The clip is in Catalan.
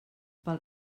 pel